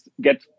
get